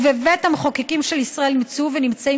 ובבית המחוקקים של ישראל נמצאו ונמצאים